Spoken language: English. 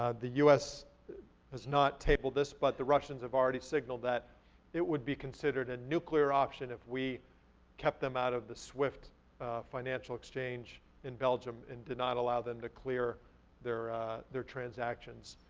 ah the us has not tabled this, but the russians have already signaled that it would be considered a nuclear option if we kept them out of the swift financial exchange in belgium and did not allow them to clear their their transactions,